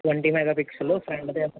twenty megapixel ఫ్రంట్దేమో